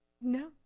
No